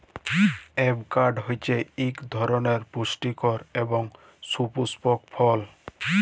avocado হছে ইক ধরলের সুপুষ্টিকর এবং সুপুস্পক ফল